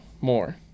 more